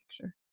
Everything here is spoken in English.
picture